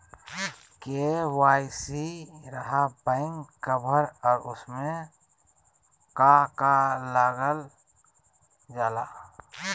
KYC रहा back cover और उसमें का का लागल जाला?